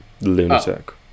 Lunatic